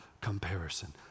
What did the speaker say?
comparison